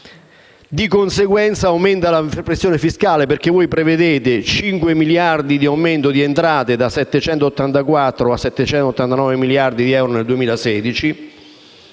di conseguenza la pressione fiscale, perché voi prevedete 5 miliardi di aumento di entrate, da 784 a 789 miliardi di euro nel 2016,